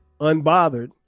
unbothered